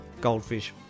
goldfish